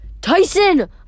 Tyson